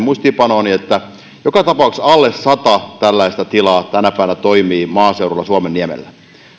muistiinpanoani mutta joka tapauksessa alle sata tällaista tilaa tänä päivänä toimii maaseudulla suomenniemellä luku